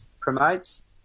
promotes